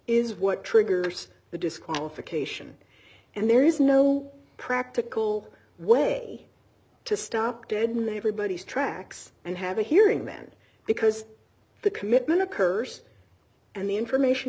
is what triggers the disqualification and there is no practical way to stop dead maybe bodies tracks and have a hearing man because the commitment occurs and the information